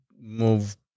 move